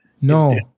No